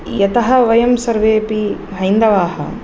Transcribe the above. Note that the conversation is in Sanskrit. यतः वयं सर्वेपि हैन्दवाः